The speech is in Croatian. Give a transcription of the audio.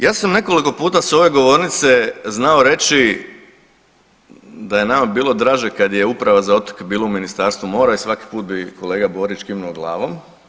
Ja sam nekoliko puta sa ove govornice znao reći da je nama bilo draže kad je Uprava za otoke bila u Ministarstvu mora i svaki put bi kolega Borić kimnuo glavom.